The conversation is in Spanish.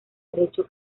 derecho